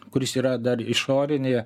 kuris yra dar išorinėje